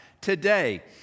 today